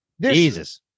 Jesus